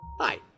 Hi